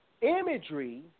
imagery